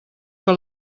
que